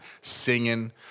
singing